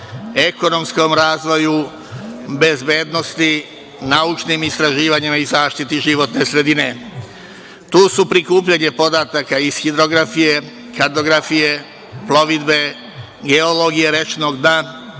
ekonomskom razvoju, bezbednosti, naučnim istraživanjima i zaštiti životne sredine. Tu su prikupljanje podataka iz hidrografije, kartografije, plovidbe, geologije rečnog dna